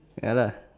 ya lah